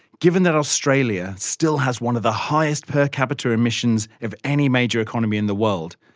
given that australia still has one of the highest per capita emissions of any major economy in the world,